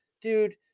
dude